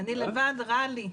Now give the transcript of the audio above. "אני לבד, רע לי."